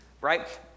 right